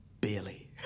barely